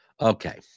Okay